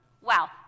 wow